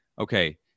okay